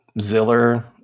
Ziller